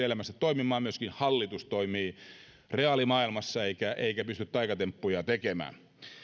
elämässä toimimaan myöskin hallitus toimii reaalimaailmassa eikä pysty taikatemppuja tekemään